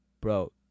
bro